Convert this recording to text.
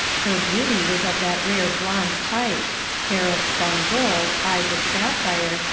her beauty was of that rare blonde type hair of spun gold, eyes of sapphire,